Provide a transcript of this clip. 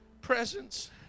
presence